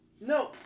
no